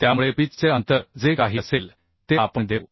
त्यामुळे पिच चे अंतर जे काही असेल ते आपण देऊ